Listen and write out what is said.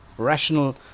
rational